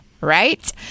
right